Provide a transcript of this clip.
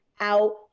out